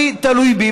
שתלוי בי,